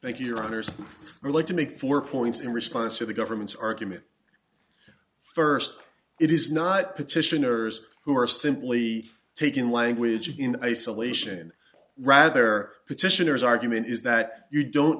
thank you your honors early to make four points in response to the government's argument first it is not petitioners who are simply taking language in isolation rather petitioner's argument is that you don't